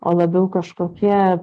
o labiau kažkokie